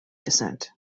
descent